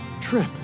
Trip